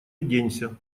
оденься